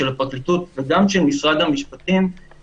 של הפרקליטות וגם של משרד המשפטים,